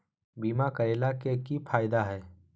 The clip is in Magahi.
बीमा करैला के की फायदा है?